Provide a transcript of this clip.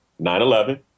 9-11